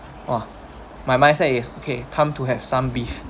!wah! my mind set is okay time to have some beef